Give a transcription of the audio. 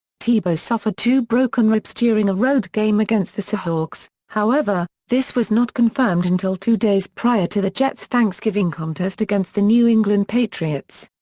tebow suffered two broken ribs during a road game against the seahawks, however, this was not confirmed until two days prior to the jets' thanksgiving contest against the new england patriots.